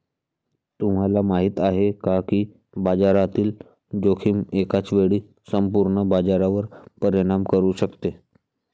तुम्हाला माहिती आहे का की बाजारातील जोखीम एकाच वेळी संपूर्ण बाजारावर परिणाम करू शकते?